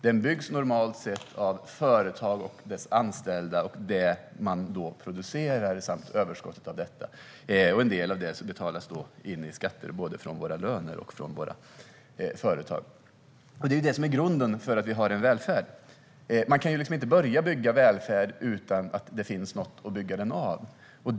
Den byggs normalt sett av företag och deras anställda, det man producerar samt överskottet av detta. En del av det betalas in som skatter både från våra löner och från våra företag. Det är grunden för att vi har en välfärd. Man kan inte börja bygga välfärd utan att det finns något att bygga den av.